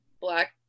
Black